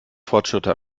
fortschritte